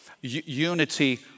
Unity